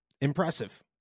Impressive